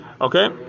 okay